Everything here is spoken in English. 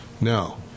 Now